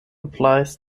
applies